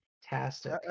Fantastic